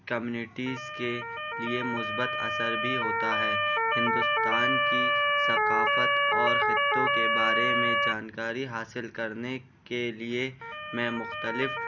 communities کے لیے مثبت اثر بھی ہوتا ہے ہندوستان کی ثقافت اور خطوں کے بارے میں جانکاری حاصل کرنے کے لیے میں مختلف